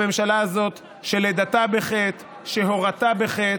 הממשלה הזאת שלידתה בחטא, שהורתה בחטא,